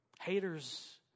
Haters